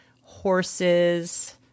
horses